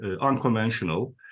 unconventional